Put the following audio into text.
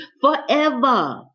forever